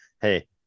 hey